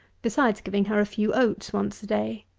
besides giving her a few oats once a-day.